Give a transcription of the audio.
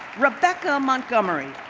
rebekah montgomery.